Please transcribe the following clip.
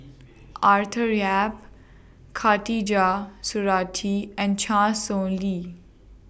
Arthur Yap Khatijah Surattee and Chan Sow Lin